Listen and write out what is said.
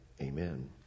amen